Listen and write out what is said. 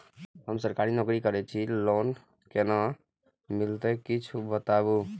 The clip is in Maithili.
हम सरकारी नौकरी करै छी लोन केना मिलते कीछ बताबु?